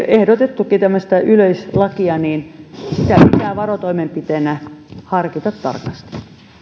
ehdotettu tämmöistä yleislakia niin sitä pitää varotoimenpiteenä harkita tarkasti